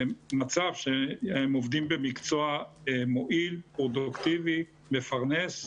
למצב שהם עובדים במקצוע מועיל, פרודוקטיבי, מפרנס,